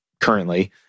currently